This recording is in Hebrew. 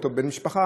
או בן משפחה,